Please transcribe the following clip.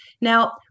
now